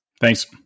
Thanks